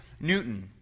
Newton